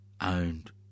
owned